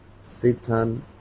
Satan